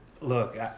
look –